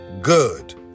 Good